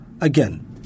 again